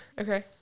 Okay